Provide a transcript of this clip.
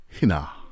Hina